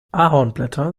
ahornblätter